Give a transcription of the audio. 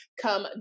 come